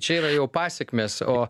čia yra jau pasekmės o